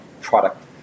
product